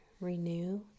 renew